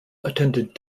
attended